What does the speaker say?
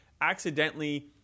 accidentally